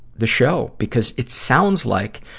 the show. because it sounds like,